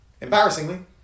embarrassingly